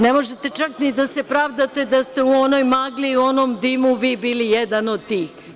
Ne možete čak ni da se pravdate da ste u onoj magli, onom dimu vi bili jedan od tih.